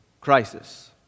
crisis